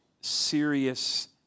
serious